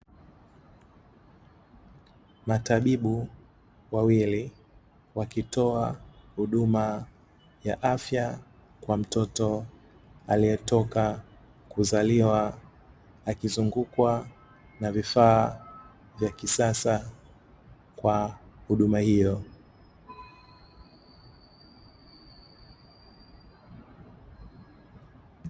Matabibu wawili wakitoa huduma ya afya kwa mtoto aliyetoka kuzaliwa, akizungukwa na vifaa vya kisasa kwa huduma hiyo.